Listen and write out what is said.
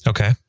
Okay